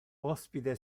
ospite